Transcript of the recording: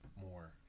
more